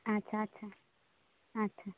ᱟᱪᱪᱷᱟ ᱟᱪᱪᱷᱟ ᱟᱪᱪᱷᱟ